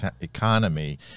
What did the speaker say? economy